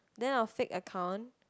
then our fake account